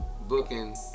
booking